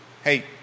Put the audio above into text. Hey